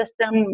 system